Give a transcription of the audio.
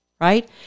right